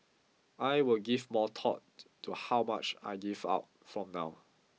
I will give more thought to how much I give out from now